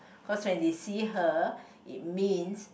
cause when they see her it means